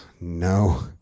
No